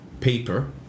paper